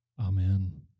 Amen